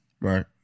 Right